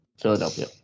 Philadelphia